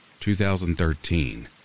2013